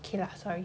okay lah sorry